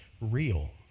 real